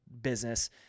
business